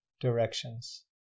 directions